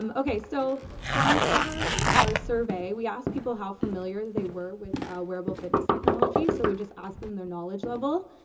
um okay, so from our, our survey, we asked people how familiar they were with, ah, wearable fitness technology, so we just asked them their knowledge level.